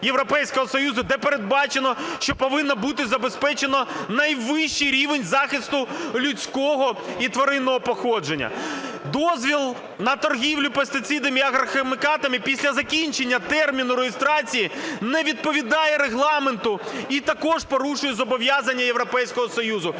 Європейського Союзу, де передбачено, що повинно бути забезпечено найвищий рівень захисту людського і тваринного походження. Дозвіл на торгівлю пестицидами і агрохімікатами після закінчення терміну реєстрації не відповідає Регламенту і також порушує зобов'язання Європейського Союзу.